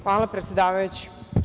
Hvala predsedavajući.